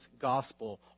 gospel